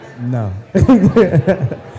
No